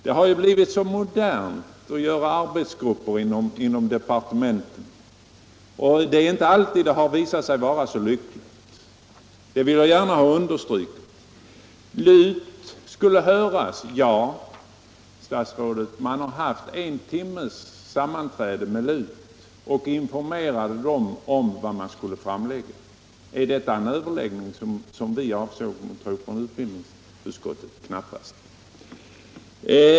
Det har blivit så modernt att tillsätta arbetsgrupper inom departementen, och det är inte alltid det har visat sig vara så lyckligt — det vill jag gärna understryka. LUT skulle höras. Ja, fru statsråd, man har haft en timmes sammanträde med LUT och informerat om vad man skulle framlägga. Är detta den överläggning som vi avsåg från utbildningsutskottet? Knappast!